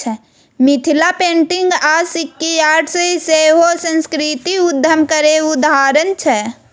Mithila painting आ Sikki art सेहो सास्कृतिक उद्यम केर उदाहरण छै